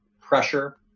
pressure